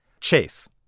chase